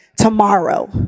tomorrow